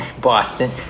boston